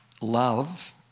love